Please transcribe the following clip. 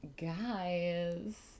guys